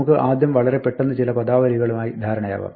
നമുക്ക് ആദ്യം വളരെ പെട്ടെന്ന് ചില പദാവലികളുമായി ധാരണയാവാം